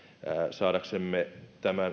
saadaksemme